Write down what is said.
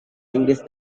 inggris